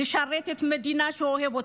לשרת את המדינה שהוא אוהב,